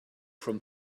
from